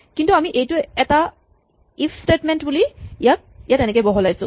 কিন্তু আমি এইটো এটা ইফ স্টেটমেন্ট বুলি ইয়াক ইয়াত বহলাইছোঁ